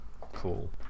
Cool